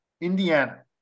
Indiana